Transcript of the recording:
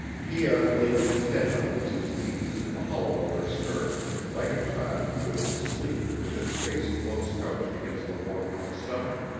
pierre laid his head on luce's knees in the hollow of her skirt like a child who goes to sleep with its face close couched against the warmth of the stomach.